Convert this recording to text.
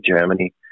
Germany